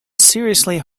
seriously